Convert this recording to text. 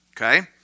okay